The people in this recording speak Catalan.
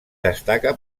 destaca